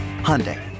Hyundai